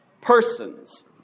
persons